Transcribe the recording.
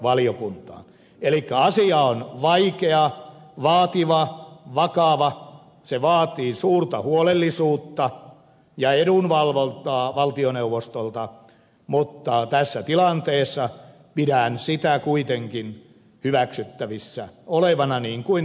elikkä asia on vaikea vaativa vakava se vaatii suurta huolellisuutta ja edunvalvontaa valtioneuvostolta mutta tässä tilanteessa pidän sitä kuitenkin hyväksyttävissä olevana niin kuin valiokunta esittää